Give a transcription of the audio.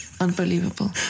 unbelievable